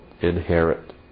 inherit